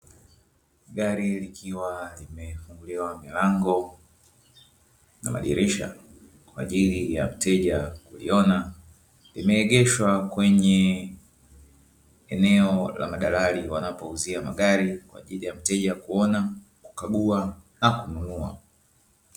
Gari likiwa limefunguliwa milango na madirisha kwaajili ya mteja kuliona limeegeshwa kwenye eneo la madalali wanapouzia magari kwaajili ya mteja kuona, kukagua na kununua.